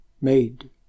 made